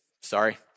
Sorry